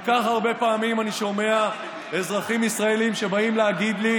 כל כך הרבה פעמים אני שומע אזרחים ישראלים שבאים להגיד לי: